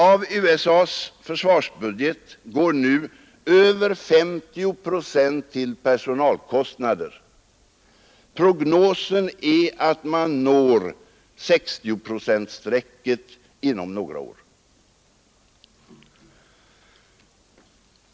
Av USA:s försvarsbudget går nu över 50 procent till personalkostnader. Prognosen är att man når 60-procentstrecket inom några år.